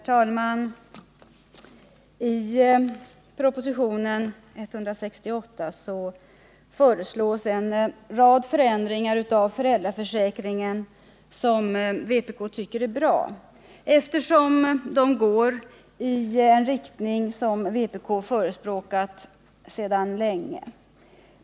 Herr talman! I propositionen 168 föreslås en rad förändringar i föräldraförsäkringen som vpk tycker är bra, eftersom de går i en riktning som vpk förespråkat sedan länge.